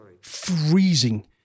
freezing